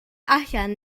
allan